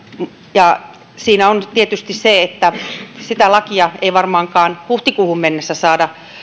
ja siinä on tietysti se että sitä lakia ei varmaankaan huhtikuuhun mennessä saada